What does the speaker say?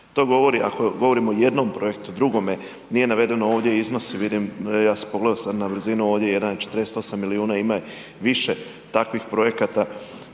To govori, ako govorimo o jednom projektu, drugome, nije navedeno ovdje iznosi, vidim, ja sam pogledao sad na brzinu ovdje, 1,48 milijuna, ima više takvih projekata.